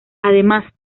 además